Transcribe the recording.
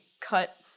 cut